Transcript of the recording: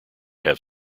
have